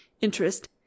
interest